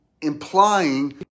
implying